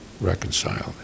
reconciled